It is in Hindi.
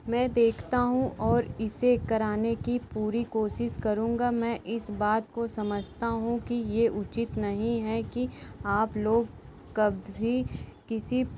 मैं देखता हूँ और इसे कराने की पूरी कोशिश करूँगा मैं इस बात को समझता हूँ कि यह उचित नहीं है कि आप लोग कभी किसी